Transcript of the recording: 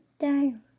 down